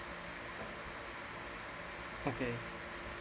okay